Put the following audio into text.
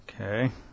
Okay